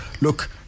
look